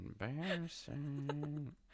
embarrassing